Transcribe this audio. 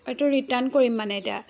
এইটো ৰিটাৰ্ণ কৰিম মানে এতিয়া